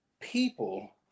people